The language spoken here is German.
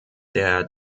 der